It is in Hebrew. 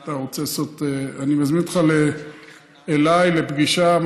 אני מזמין אותך אליי לפגישה,